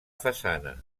façana